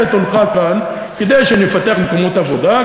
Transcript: את הונך כאן כדי שנפתח מקומות עבודה,